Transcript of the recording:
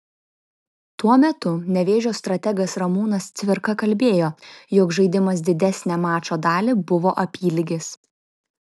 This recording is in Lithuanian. tuo metu nevėžio strategas ramūnas cvirka kalbėjo jog žaidimas didesnę mačo dalį buvo apylygis